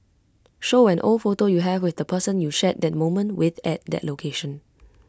show an old photo you have with the person you shared that moment with at that location